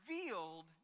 revealed